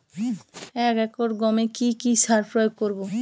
এক একর গমে কি কী সার প্রয়োগ করব?